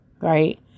right